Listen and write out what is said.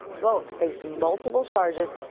both face multiple charges.